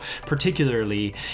particularly